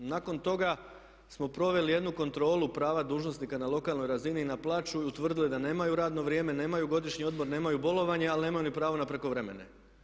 Nakon toga smo proveli jednu kontrolu prava dužnosnika na lokalnoj razini i na plaću i utvrdili da nemaju radno vrijeme, nemaju godišnji odmor, nemaju bolovanje ali nemaju ni pravo na prekovremene.